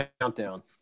Countdown